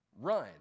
run